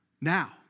Now